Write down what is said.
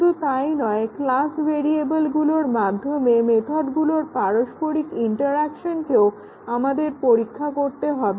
শুধু তাই নয় ক্লাস ভেরিয়েবেলগুলোর মাধ্যমে মেথডগুলোর পারস্পরিক ইন্টারঅ্যাকশনকেও আমাদেরকে পরীক্ষা করতে হবে